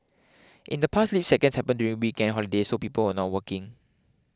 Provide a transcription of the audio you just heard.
in the past leap seconds happened during weekends holidays so people were not working